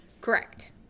Correct